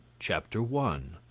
chapter one.